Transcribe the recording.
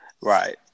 right